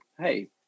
hey